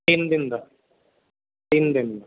ਤਿੰਨ ਦਿਨ ਦਾ ਤਿੰਨ ਦਿਨ ਦਾ